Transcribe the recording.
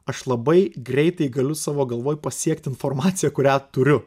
aš labai greitai galiu savo galvoj pasiekti informaciją kurią turiu